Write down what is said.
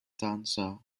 dancer